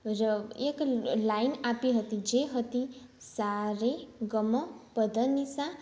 ર એક લાઇન આપી હતી જે હતી સા રે ગમ પ ધ ની સા